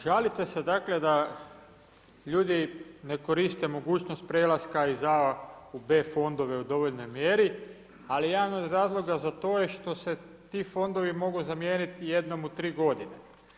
Žalite se dakle da ljudi ne koriste mogućnost prelaska iz a. u b. fondove u dovoljnoj mjeri, ali jedan od razloga za to je što se ti fondovi mogu zamijeniti jednom u tri godine.